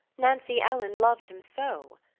nancy ellen loved him so.